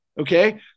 okay